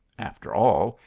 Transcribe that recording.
after all,